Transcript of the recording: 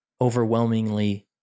overwhelmingly